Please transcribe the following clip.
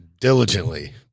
diligently